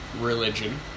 religion